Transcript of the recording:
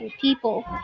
people